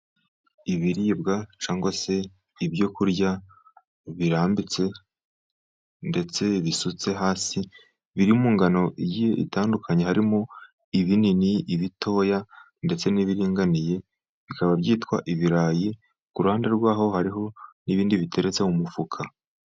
Ibiribwa cyangwa se ibyo kurya birambitse ndetse bisutse hasi, birimo ngano igiye itandukanye harimo ibinini, ibitoya ndetse n'ibiriringaniye bikaba byitwa ibirayi, ku ruhande rwaho hariho n'ibindi biteretse mu mufuka.